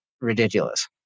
ridiculous